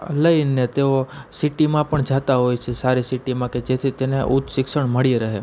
લઈને તેઓ સિટીમાં પણ જતા હોય છે સારી સિટીમાં કે જેથી તેને ઉચ્ચ શિક્ષણ મળી રહે